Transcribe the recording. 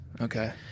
okay